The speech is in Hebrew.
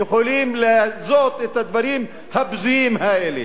יכולים להזות את הדברים הבזויים האלה.